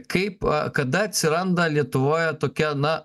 kaip kada atsiranda lietuvoje tokia na